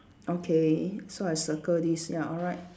okay so I circle this ya alright